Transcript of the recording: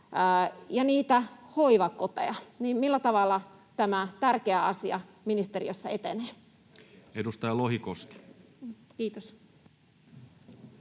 ja niitä hoivakoteja. Millä tavalla tämä tärkeä asia ministeriössä etenee? — Kiitos.